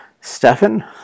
Stefan